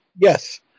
Yes